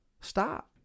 Stop